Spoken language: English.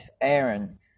Aaron